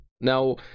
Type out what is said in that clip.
now